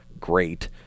great